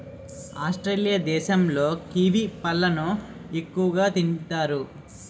Australia దేశంలో kiwi పళ్ళను ఎక్కువగా తింతారు